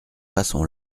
façon